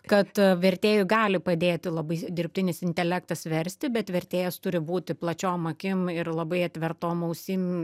kad vertėjui gali padėti labai dirbtinis intelektas versti bet vertėjas turi būti plačiom akim ir labai atvertom ausim